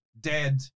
dead